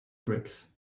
bricks